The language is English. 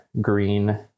green